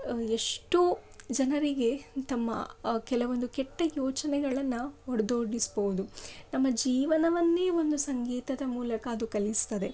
ಎಷ್ಟೋ ಜನರಿಗೆ ತಮ್ಮ ಕೆಲವೊಂದು ಕೆಟ್ಟ ಯೋಚನೆಗಳನ್ನು ಹೊಡೆದೋಡಿಸ್ಬೋದು ನಮ್ಮ ಜೀವನವನ್ನೇ ಒಂದು ಸಂಗೀತದ ಮೂಲಕ ಅದು ಕಲಿಸ್ತದೆ